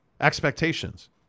Expectations